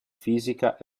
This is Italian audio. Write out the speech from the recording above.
fisica